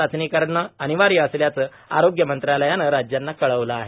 चाचणी करणं अनिवार्य असल्याचं आरोग्य मंत्रालयानं राज्यांना कळवलं आहे